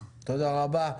תודה רבה.